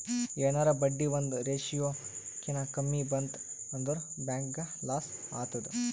ಎನಾರೇ ಬಡ್ಡಿ ಒಂದ್ ರೇಶಿಯೋ ಕಿನಾ ಕಮ್ಮಿ ಬಂತ್ ಅಂದುರ್ ಬ್ಯಾಂಕ್ಗ ಲಾಸ್ ಆತ್ತುದ್